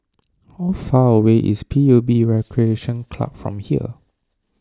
how far away is P U B Recreation Club from here